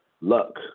luck